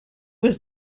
was